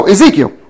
Ezekiel